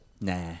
Nah